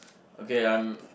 okay I'm